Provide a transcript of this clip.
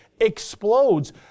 explodes